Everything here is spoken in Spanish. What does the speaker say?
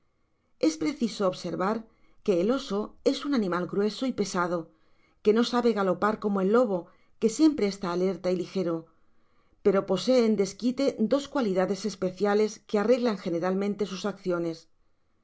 es preciso observar que el oso es un animal grueso y pesado que no sabe galopar como el lobo que siempre está alerta y ligero pero posee en desquite dos cualidades especiales que arreglan generalmente sus acciones